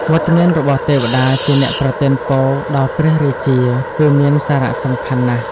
វត្តមានរបស់ទេវតាជាអ្នកប្រទានពរដល់ព្រះរាជា គឺមានសារៈសំខាន់ណាស់។